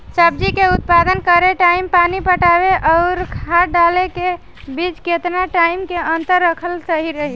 सब्जी के उत्पादन करे टाइम पानी पटावे आउर खाद डाले के बीच केतना टाइम के अंतर रखल सही रही?